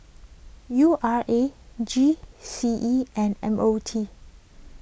U R A G C E and M O T